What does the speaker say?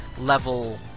level